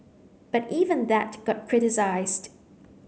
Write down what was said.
but even that got criticised